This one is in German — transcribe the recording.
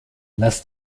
lass